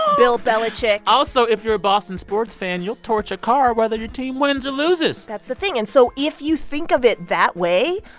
bill belichick also, if you're a boston sports fan, you'll torch a car whether your team wins or loses that's the thing. and so if you think of it that way,